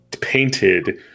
painted